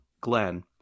Glenn